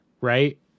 right